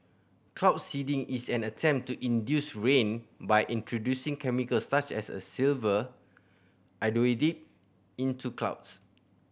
cloud seeding is an attempt to induce rain by introducing chemicals such as a silver into clouds